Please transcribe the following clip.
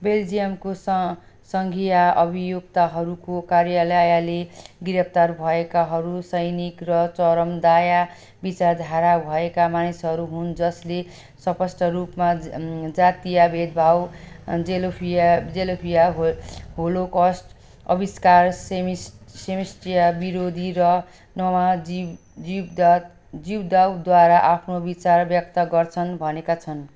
बेल्जियमको स सङ्घीय अभियुक्तहरूको कार्यलयले गिराफ्तार भएकाहरू सैनिक र चरमदाया विचारधारा भएका मानिसरू हुन् जसले स्पष्ट रूपमा जातीय भेदभाव जेलोफिया जेलोफिया होलोकस्ट अविष्कार सेमिस सेमिस्ट्रिया विरोधी र नवाजी जिबदत जिवदवद्वारा आफ्नु विचार व्यक्त गर्छन् भनेका छन्